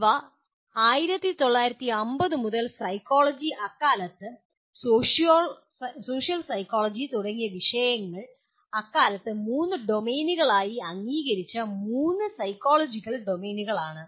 ഇവ 1950 മുതൽ സൈക്കോളജി അല്ലെങ്കിൽ സോഷ്യൽ സൈക്കോളജി തുടങ്ങിയ വിഷയങ്ങൾ അക്കാലത്ത് മൂന്ന് ഡൊമെയ്നുകളായി അംഗീകരിച്ച മൂന്ന് സൈക്കോളജിക്കൽ ഡൊമെയ്നുകളാണ്